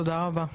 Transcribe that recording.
תודה רבה.